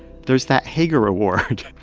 there's that hager award.